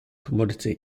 commodity